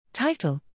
Title